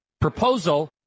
Proposal